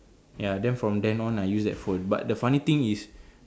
ya then from then on I use that phone but the funny thing is